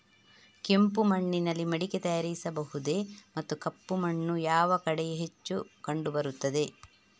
ಕೆಂಪು ಮಣ್ಣಿನಲ್ಲಿ ಮಡಿಕೆ ತಯಾರಿಸಬಹುದೇ ಮತ್ತು ಕಪ್ಪು ಮಣ್ಣು ಯಾವ ಕಡೆ ಹೆಚ್ಚು ಕಂಡುಬರುತ್ತದೆ?